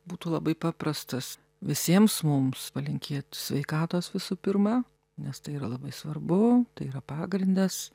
būtų labai paprastas visiems mums palinkėt sveikatos visų pirma nes tai yra labai svarbu tai yra pagrindas